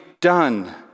done